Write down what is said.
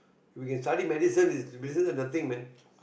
you can study medicine medicine is the thing man